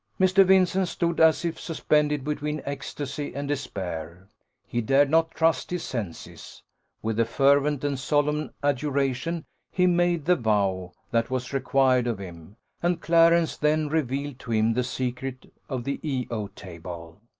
mr. vincent stood as if suspended between ecstasy and despair he dared not trust his senses with a fervent and solemn adjuration he made the vow that was required of him and clarence then revealed to him the secret of the e o table.